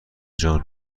جان